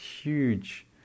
huge